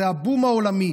זה ה"בום" העולמי.